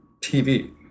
TV